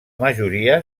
majoria